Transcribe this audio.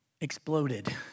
exploded